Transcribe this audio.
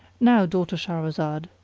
now, daughter shahrazad,